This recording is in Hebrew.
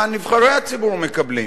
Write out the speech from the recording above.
מה נבחרי הציבור מקבלים,